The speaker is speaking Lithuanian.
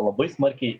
labai smarkiai